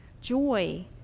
joy